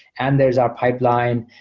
and there's our pipeline.